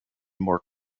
more